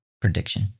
prediction